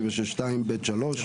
56(2)(ב)(3),